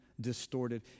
distorted